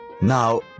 Now